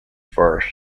first